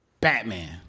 Batman